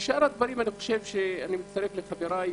בשאר הדברים אני מצטרף לחבריי